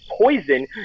poison